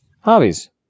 Hobbies